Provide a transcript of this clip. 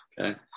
Okay